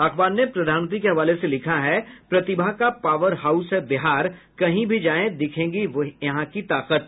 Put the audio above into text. अखबार ने प्रधानमंत्री के हवाले से लिखा है प्रतिभा का पॉवरहाउस है बिहार कहीं भी जाएं दिखेगी यहां की ताकत